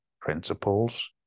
principles